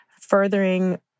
furthering